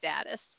status